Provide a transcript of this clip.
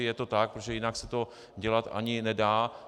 Je to tak, protože jinak se to dělat ani nedá.